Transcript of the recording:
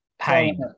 Pain